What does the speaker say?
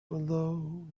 below